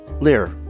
Lear